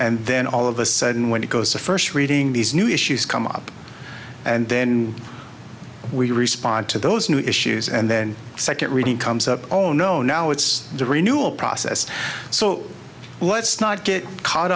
and then all of a sudden when it goes the first reading these new issues come up and then we respond to those new issues and then second reading comes up oh no now it's the renewal process so let's not get caught